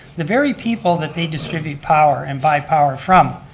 the very people that they distribute power and buy power from,